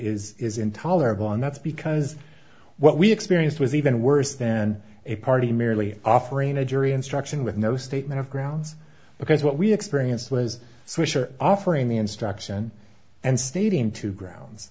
is is intolerable and that's because what we experienced was even worse then a party merely offering a jury instruction with no statement of grounds because what we experienced was swisher offering the instruction and stating two grounds